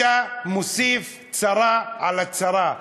אתה מוסיף צרה על הצרה.